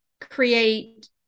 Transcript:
create